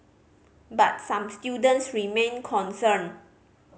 but some students remain concerned